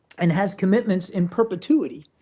and has commitments in perpetuity